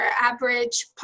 average